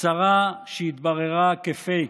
הצהרה שהתבררה כפייק,